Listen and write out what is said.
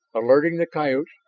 alerting the coyotes,